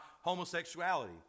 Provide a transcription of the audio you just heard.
homosexuality